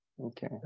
Okay